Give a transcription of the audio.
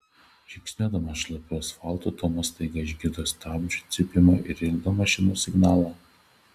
žingsniuodamas šlapiu asfaltu tomas staiga išgirdo stabdžių cypimą ir ilgą mašinos signalą